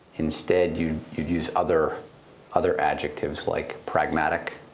instead, you'd you'd use other other adjectives like pragmatic,